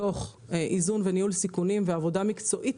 תוך איזון וניהול סיכונים ועבודה מקצועית